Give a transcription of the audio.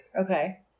Okay